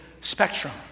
spectrum